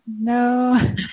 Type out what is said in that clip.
no